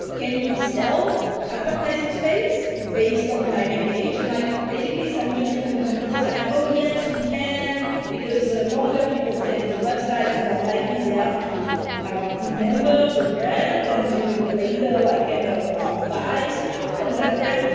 can you sell advertising space based on time engaged? and like basically some newsrooms and companies are like, oh, yes, you can, because the longer people stay on the so websites, the more likely they are to remember the brand and do later, like, kind and of ah buy stuff from that brand.